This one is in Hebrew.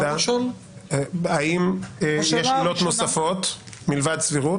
שאלה אחת היא האם יש שאלות נוספות מלבד סבירות.